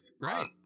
right